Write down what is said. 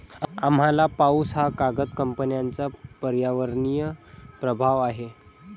आम्ल पाऊस हा कागद कंपन्यांचा पर्यावरणीय प्रभाव आहे